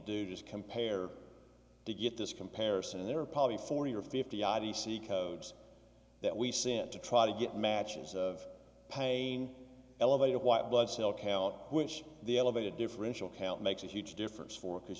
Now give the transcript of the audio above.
just compare to get this comparison and there are probably forty or fifty i d c codes that we sent to try to get matches of pain elevated white blood cell count which the elevated differential count makes a huge difference for because